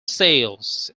sales